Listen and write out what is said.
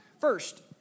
First